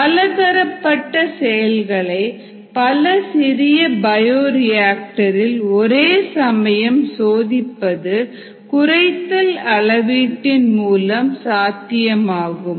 பலதரப்பட்ட செயல்களை பல சிறிய பயோரியாக்டரில் ஒரே சமயம் சோதிப்பது குறைத்தல் அளவீட்டின் மூலம் சாத்தியமாகும்